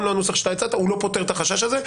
גם הנוסח שאתה הצעת, זה לא פותר את החשש הזה.